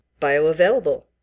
bioavailable